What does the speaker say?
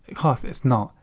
course, it's not.